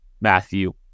Matthew